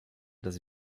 des